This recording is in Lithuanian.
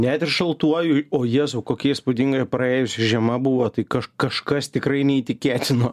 net ir šaltuoju o jėzau kokia įspūdinga praėjusi žiema buvo tai kažkas tikrai neįtikėtino